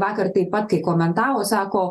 vakar taip pat kai komentavo sako